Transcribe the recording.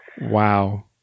Wow